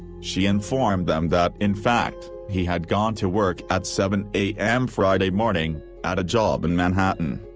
she informed them that in fact, he had gone to work at seven a m. friday morning at a job in manhattan.